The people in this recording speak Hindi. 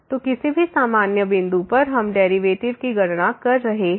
तो किसी भी सामान्य बिंदु x0 पर हम डेरिवेटिव की गणना कर रहे हैं